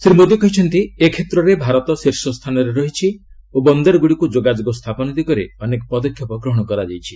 ଶ୍ରୀ ମୋଦୀ କହିଛନ୍ତି ଏ କ୍ଷେତ୍ରରେ ଭାରତ ଶୀର୍ଷସ୍ଥାନରେ ରହିଛି ଓ ବନ୍ଦରଗୁଡ଼ିକୁ ଯୋଗାଯୋଗ ସ୍ଥାପନ ଦିଗରେ ଅନେକ ପଦକ୍ଷେପ ଗ୍ରହଣ କରାଯାଇଛି